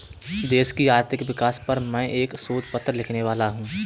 देश की आर्थिक विकास पर मैं एक शोध पत्र लिखने वाला हूँ